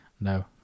No